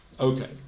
okay